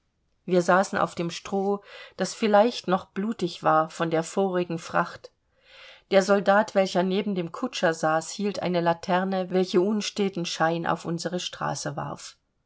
wir saßen auf dem stroh das vielleicht noch blutig war von der vorigen fracht der soldat welcher neben dem kutscher saß hielt eine laterne welche unstäten schein auf unsere straße warf